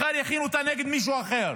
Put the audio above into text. מחר יכינו אותה נגד מישהו אחר